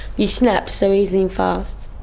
you snap so easy and fast,